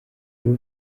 rw’u